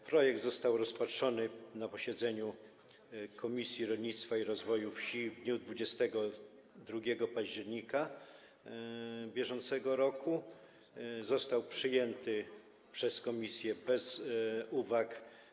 Projekt został rozpatrzony na posiedzeniu Komisji Rolnictwa i Rozwoju wsi w dniu 22 października br. i został przyjęty przez komisję bez uwag.